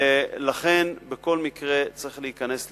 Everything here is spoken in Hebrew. ולכן, בכל מקרה צריך להיכנס לבדיקות,